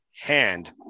hand